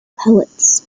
pellets